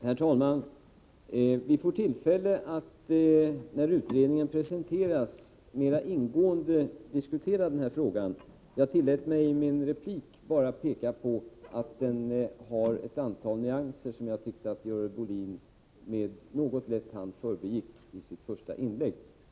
Herr talman! När utredningen presenteras får vid tillfälle att mera ingående diskutera den här frågan. I min replik tillät jag mig att peka på att frågan har ett antal nyanser, som jag tyckte att Görel Bohlin något lättvindigt förbigick i sitt första inlägg.